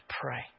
pray